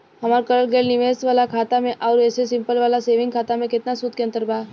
हमार करल गएल निवेश वाला खाता मे आउर ऐसे सिंपल वाला सेविंग खाता मे केतना सूद के अंतर बा?